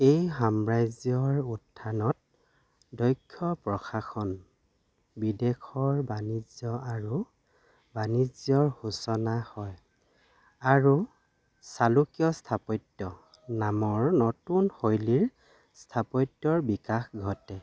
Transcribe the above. এই সাম্ৰাজ্যৰ উত্থানত দক্ষ প্ৰশাসন বিদেশৰ বাণিজ্য আৰু বাণিজ্যৰ সূচনা হয় আৰু চালুকিয় স্থাপত্য নামৰ নতুন শৈলীৰ স্থাপত্যৰ বিকাশ ঘটে